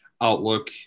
outlook